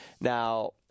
Now